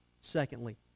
Secondly